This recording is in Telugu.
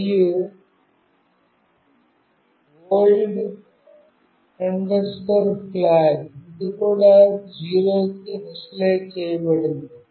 మరొకటి old flag ఇది కూడా 0 కి initialize చేయబడింది